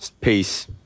peace